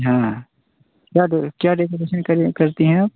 हाँ हाँ क्या डोरे क्या डेकोरेशन करिए करती हैं आप